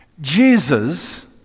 Jesus